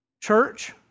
Church